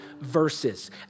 verses